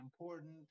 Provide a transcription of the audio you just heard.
important